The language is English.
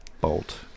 Bolt